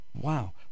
Wow